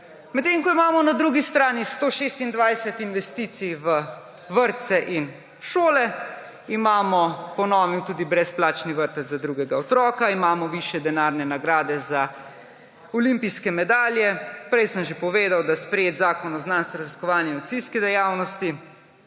Medtem ko imamo na drugi strani 126 investicij v vrtce in šole, imamo po novem tudi brezplačen vrtec za drugega otroka, imamo višje denarne nagrade za olimpijske medalje. Prej sem že povedal, da je sprejet Zakon o znanstvenoraziskovalni in inovacijski dejavnosti.